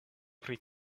pri